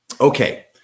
Okay